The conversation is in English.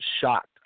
shocked